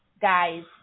guys